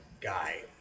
guy